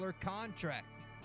contract